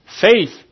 Faith